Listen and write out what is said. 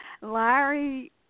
Larry